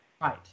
Right